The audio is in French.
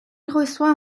reçoit